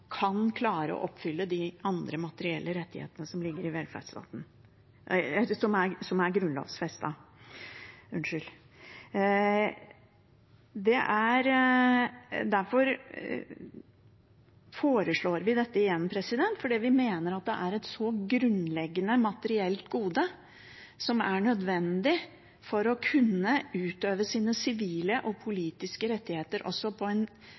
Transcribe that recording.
kan klare å oppfylle de andre materielle rettighetene som er grunnlovfestet. Det er derfor vi foreslår dette igjen, fordi vi mener at det er et så grunnleggende materielt gode som er nødvendig for å kunne utøve sine sivile og politiske rettigheter også på en